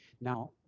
Now